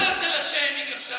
למה אתה עושה לה שיימינג עכשיו?